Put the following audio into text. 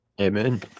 Amen